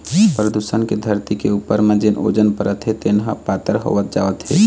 परदूसन के धरती के उपर म जेन ओजोन परत हे तेन ह पातर होवत जावत हे